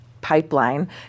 pipeline